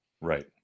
Right